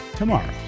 tomorrow